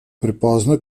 prepozno